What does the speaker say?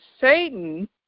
Satan